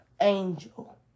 Angel